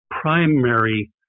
primary